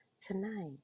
tonight